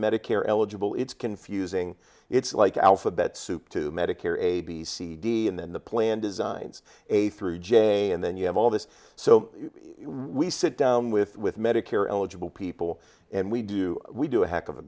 medicare eligible it's confusing it's like alphabet soup to medicare a b c d and then the plan designs a through j and then you have all this so we sit down with with medicare eligible people and we do we do a heck of a